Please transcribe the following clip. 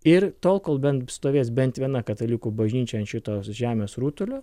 ir tol kol bent stovės bent viena katalikų bažnyčia ant šitos žemės rutulio